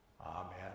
Amen